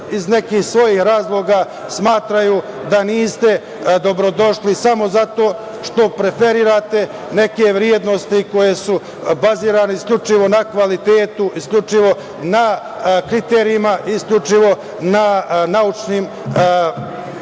iz nekih svojih razloga smatraju da niste dobrodošli samo zato što preferirate neke vrednosti koje su bazirane isključivo na kvalitetu, isključivo na kriterijumima, isključivo na naučnim